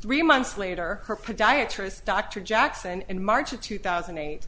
three months later her podiatrist dr jackson and march of two thousand and eight